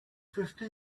fifty